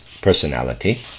personality